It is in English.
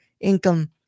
income